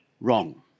wrong